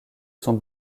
sont